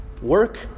Work